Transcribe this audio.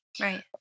right